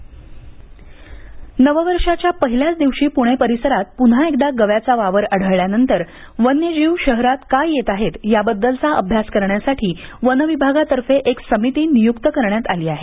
पणे वन संरक्षण नवं वर्षाच्या पहिल्याच दिवशी प्णे परिसरात प्न्हा एकदा गव्याचा वावर आढळल्यानंतर वन्य जीव शहरात का येत आहेत याबद्दलचा अभ्यास करण्यासाठी वन विभागातर्फे एक समिती नियुक्त करण्यात आली आहे